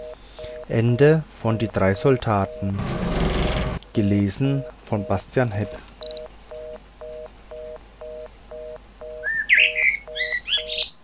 die drei soldaten ein